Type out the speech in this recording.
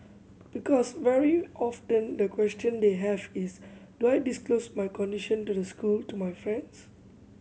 because very often the question they have is do I disclose my condition to the school to my friends